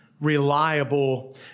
reliable